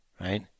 right